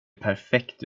perfekt